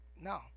No